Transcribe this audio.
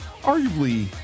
arguably